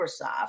Microsoft